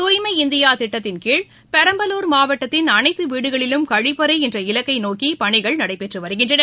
தூய்மை இந்தியா திட்டத்தின்கீழ் பெரம்பலூர் மாவட்டத்தின் அனைத்து வீடுகளிலும் கழிப்பறை என்ற இலக்கை நோக்கி பணிகள் நடைபெற்று வருகின்றன